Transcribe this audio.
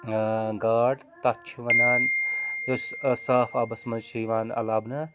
آ گاڈ تَتھ چھِ وَنان یُس صاف آبَس منٛز چھِ یِوان لَبنہٕ